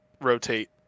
rotate